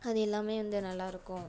அது எல்லாம் வந்து நல்லா இருக்கும்